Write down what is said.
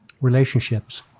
relationships